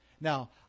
Now